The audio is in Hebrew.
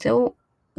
אסור לומר קדיש